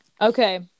Okay